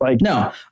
No